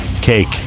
Cake